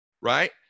right